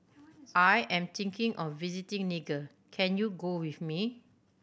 I am thinking of visiting Niger can you go with me